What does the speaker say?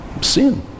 sin